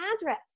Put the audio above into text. address